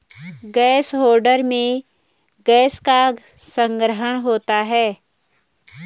gas holder में gas का संग्रहण होता है